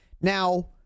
Now